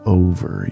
over